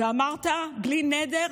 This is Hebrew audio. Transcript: ואמרת: בלי נדר,